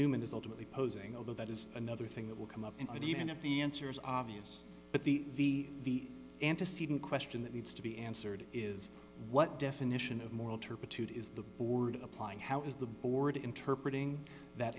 newman is ultimately posing although that is another thing that will come up in the end of the answer is obvious but the v the antecedent question that needs to be answered is what definition of moral turpitude is the word applying how is the board interpret ing that